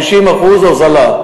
50% הוזלה,